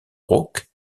rauque